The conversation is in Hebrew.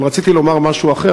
אבל רציתי לומר משהו אחר,